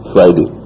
Friday